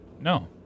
No